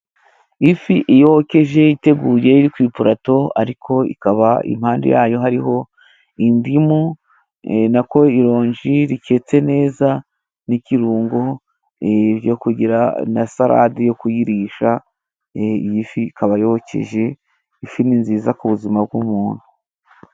Ifi yokeje iteguye ku iparato, ariko ikaba iruhande rwayo hariho indimu nako ironji riketse neza n'ikirungo na salade yo kuyirisha. Iyi fi ikaba yokeje. Ifi ni nziza ku buzima bw'umuntu.